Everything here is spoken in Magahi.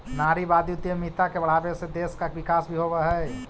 नारीवादी उद्यमिता के बढ़ावे से देश का विकास भी होवअ हई